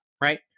right